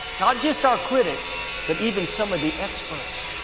not just our critics, but even some of the experts.